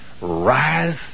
rise